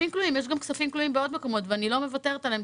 יש גם כספים כלואים בעוד מקומות ואני לא מוותרת עליהם.